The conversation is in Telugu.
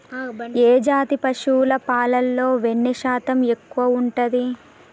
ఏ జాతి పశువుల పాలలో వెన్నె శాతం ఎక్కువ ఉంటది?